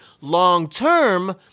long-term